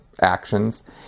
actions